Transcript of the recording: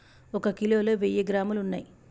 ఒక కిలోలో వెయ్యి గ్రాములు ఉన్నయ్